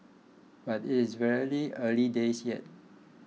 but it is very early days yet